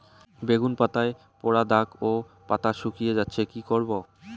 বেগুন পাতায় পড়া দাগ ও পাতা শুকিয়ে যাচ্ছে কি করব?